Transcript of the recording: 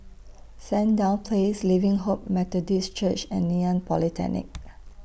Sandown Place Living Hope Methodist Church and Ngee Ann Polytechnic